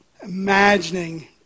imagining